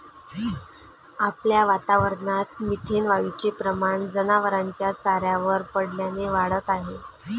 आपल्या वातावरणात मिथेन वायूचे प्रमाण जनावरांच्या चाऱ्यावर पडल्याने वाढत आहे